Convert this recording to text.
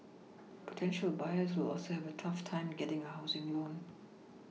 potential buyers will also have a tough time getting a housing loan